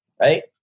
right